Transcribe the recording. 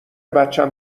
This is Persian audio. بچم